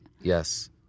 Yes